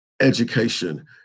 education